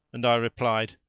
and i replied,